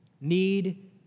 Need